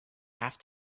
have